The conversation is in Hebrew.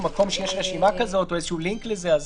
מקום שיש רשימה כזאת או איזשהו לינק לזה.